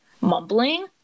mumbling